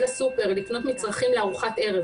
לסופרמרקט לקנות מצרכים לארוחת ערב,